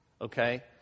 Okay